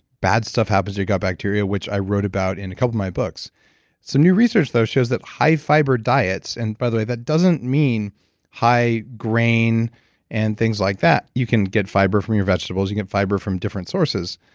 bad stuff happens to your gut bacteria, which i wrote about in a couple of my books some new research, though, shows that high fiber diets, and by the way, that doesn't mean high grain and things like that. you can get fiber from your vegetables. you can get fiber from different sources,